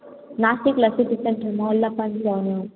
नाशिकला तिथं मॉलला पण जाऊन येऊ